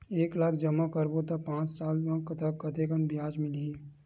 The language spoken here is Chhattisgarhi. एक लाख जमा करबो त पांच साल म कतेकन ब्याज मिलही?